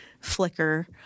flicker